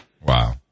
Wow